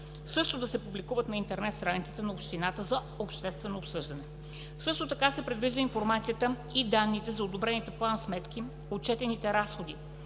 също да се публикуват на интернет страницата на общината за обществено обсъждане. Също така се предвижда информацията и данните за одобрените план-сметки, отчетените разходи